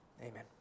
Amen